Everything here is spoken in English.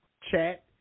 chat